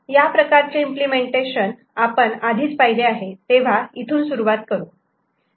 या प्रकारचे इम्पलेमेंटेशन आपण आधीच पाहिले आहे तेव्हा इथून सुरुवात करू